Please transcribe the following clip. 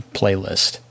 playlist